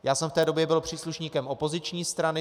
Já jsem v té době byl příslušníkem opoziční strany.